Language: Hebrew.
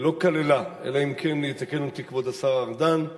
לא כללה, אלא אם כן יתקן אותי כבוד השר ארדן,